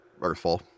Earthfall